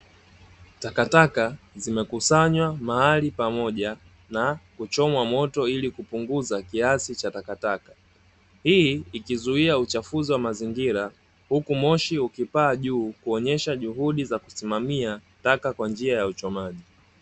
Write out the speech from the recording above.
Takataka zimekusanywa mahali pamoja na kuchomwa moto ili kupunguza kiasi cha takataka. Hii ikizuia uchafuzi wa mazingira, huku moshi ukipaaa juu kuonyesha juhudi za kusimamia taka kwa njia ya uchomaji.